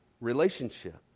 relationship